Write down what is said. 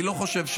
אני לא חושב שלא.